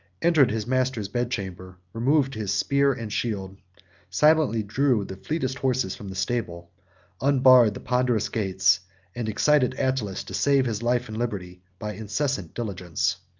entered his master's bedchamber removed his spear and shield silently drew the fleetest horses from the stable unbarred the ponderous gates and excited attalus to save his life and liberty by incessant diligence.